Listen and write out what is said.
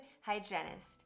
Hygienist